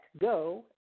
go